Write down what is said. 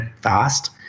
fast